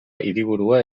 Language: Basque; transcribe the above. hiriburua